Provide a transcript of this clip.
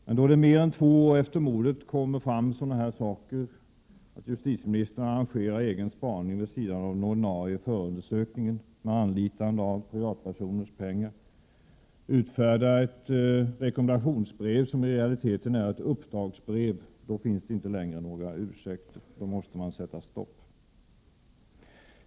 Men då det mer än två år efter mordet kommer fram sådana här saker, att justitieministern arrangerar egen spaning vid sidan av den ordinarie förundersökningen, med anlitande av privatpersoners pengar, utfärdar ett rekommendationsbrev som i realiteten är ett uppdragsbrev, då finns det inte längre några ursäkter, då måste man sätta stopp.